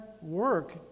work